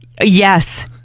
Yes